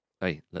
hey